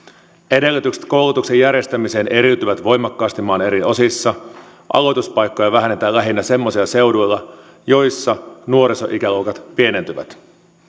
edellytykset koulutuksen järjestämiseen eriytyvät voimakkaasti maan eri osissa aloituspaikkoja vähennetään lähinnä semmoisilla seuduilla joilla nuorisoikäluokat pienentyvät